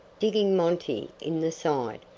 digging monty in the side.